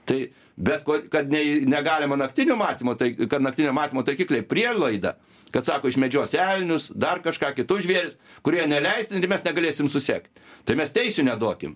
tai bet ko kad nei negalima naktinio matymo tai kad naktinio matymo taikikliai prielaida kad sako išmedžios elnius dar kažką kitus žvėris kurie neleistini ir mes negalėsim susekt tai mes teisių neduokim